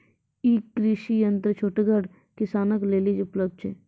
ई कृषि यंत्र छोटगर किसानक लेल उपलव्ध छै?